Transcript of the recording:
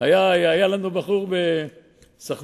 ואת זה אנחנו נעשה,